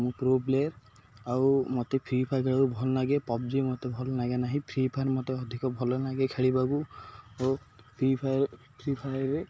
ମୁଁ pro player ଆଉ ମୋତେ ଫ୍ରି ଫାୟାର୍ ଖେଳିବାକୁ ଭଲ ଲାଗେ ପବ୍ ଜି ମୋତେ ଭଲ ଲାଗେ ନାହିଁ ଫ୍ରି ଫାୟାର୍ ମୋତେ ଅଧିକ ଭଲ ଲାଗେ ଖେଳିବାକୁ ଓ ଫ୍ରି ଫାୟାର୍ ଫ୍ରି ଫାୟାର୍ରେ